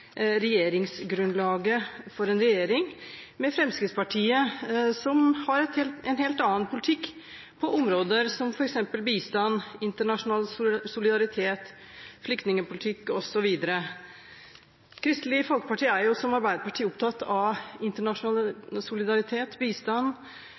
regjeringsgrunnlaget for en regjering med Fremskrittspartiet, som har en helt annen politikk på områder som f.eks. bistand, internasjonal solidaritet, flyktningpolitikk osv. Kristelig Folkeparti er, som Arbeiderpartiet, opptatt av